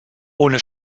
ohne